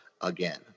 again